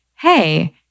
hey